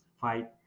fight